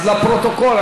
אז לפרוטוקול,